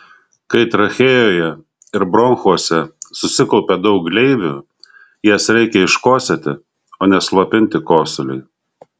kai trachėjoje ir bronchuose susikaupia daug gleivių jas reikia iškosėti o ne slopinti kosulį